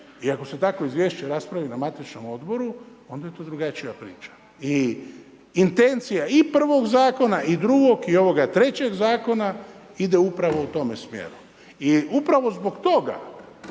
i ako se takvo izvješće raspravi na matičnom odboru, onda je to drugačija priča. I intencija i prvog zakona i drugog i ovog trećeg zakona ide upravo u tome smjeru i upravo zbog toga